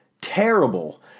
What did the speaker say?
terrible